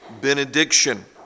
benediction